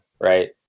right